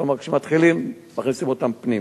כלומר, כשמתחילים, מכניסים אותם פנימה.